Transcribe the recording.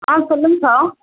ஆ சொல்லுங்கக்கா